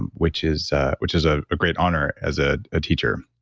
and which is which is ah a great honor, as ah a teacher,